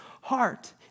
heart